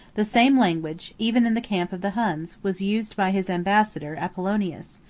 the same language, even in the camp of the huns, was used by his ambassador apollonius,